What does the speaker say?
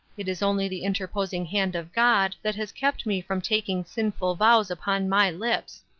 it is only the interposing hand of god that has kept me from taking sinful vows upon my lips.